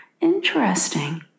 interesting